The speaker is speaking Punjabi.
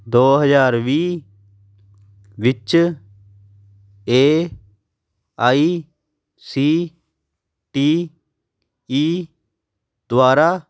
ਦੋ ਹਜ਼ਾਰ ਵੀਹ ਵਿੱਚ A I C T E ਦੁਆਰਾ